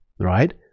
right